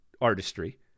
artistry